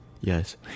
yes